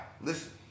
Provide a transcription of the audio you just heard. Listen